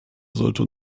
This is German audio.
sollte